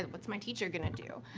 what's my teacher going to do?